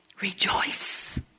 rejoice